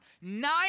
nine